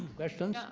questions.